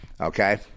Okay